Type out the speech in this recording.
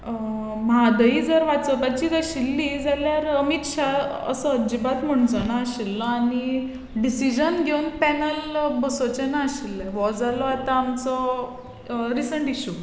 म्हादयी जर वाचोवपाचीत आशिल्ली जाल्यार अमीत शा असो अजिबात म्हणचो ना आशिल्लो आनी डिसिजन घेवन पॅनल बसचेना आशिल्ले हो जालो आतां आमचो रिसंट इशू